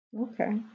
Okay